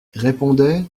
répondaient